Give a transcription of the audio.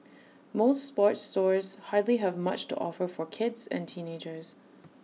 most sports stores hardly have much to offer for kids and teenagers